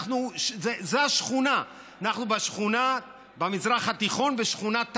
זה השכונה, אנחנו במזרח התיכון בשכונת עזה,